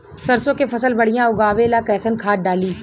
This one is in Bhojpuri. सरसों के फसल बढ़िया उगावे ला कैसन खाद डाली?